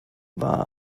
war